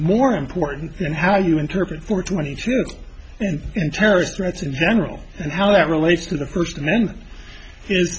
more important than how you interpret for twenty two and terrorist threats in general and how that relates to the first ame